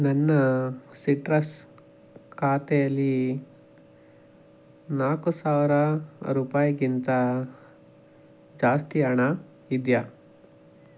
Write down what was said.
ನನ್ನ ಸಿಟ್ರಸ್ ಖಾತೇಲಿ ನಾಲ್ಕು ಸಾವಿರ ರೂಪಾಯಿಗಿಂತ ಜಾಸ್ತಿ ಹಣ ಇದೆಯಾ